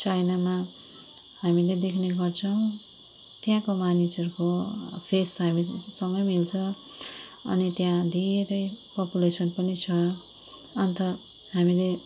चाइनामा हामीले देख्ने गर्छौँ त्यहाँको मानिसहरूको फेस हामीसँगै मिल्छ अनि त्यहाँ धेरै पपुलेसन पनि छ अन्त हामीले